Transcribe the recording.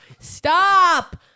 Stop